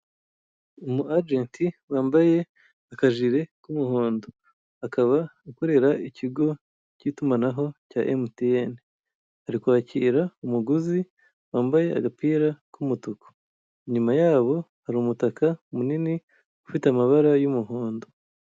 Umu ajenti wambaye akajire k'umuhondo, akaba akorera ikigo k'itumanaho cya emutiyene, arikwakira umuguzi wambaye agapira k'umutuku, inyuma yabo hari umutaka munini ufite amabara y'umuhondo.